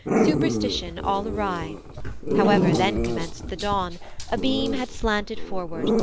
superstition all awry however then commenced the dawn a beam had slanted forward,